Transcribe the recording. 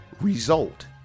result